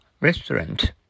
Restaurant